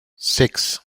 six